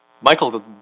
Michael